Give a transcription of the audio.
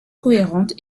cohérente